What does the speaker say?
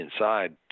inside